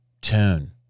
tune